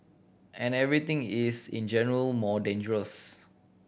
and everything is in general more dangerous